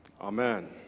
Amen